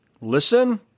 listen